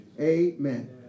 Amen